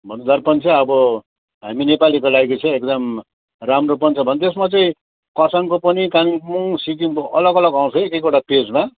भने दर्पण चाहिँ अब हामी नेपालीको लागि चाहिँ एकदम राम्रो पनि छ भने त्यसमा चाहिँ खरसाङको पनि कालिम्पोङ सिक्किमको अलग अलग आउँछ कि एक एकवटा पेजमा